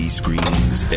screens